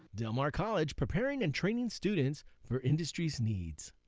del mar college, preparing and training students for industry's needs.